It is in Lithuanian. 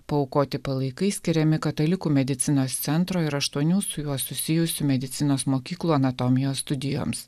paaukoti palaikai skiriami katalikų medicinos centro ir aštuonių su juo susijusių medicinos mokyklų anatomijos studijoms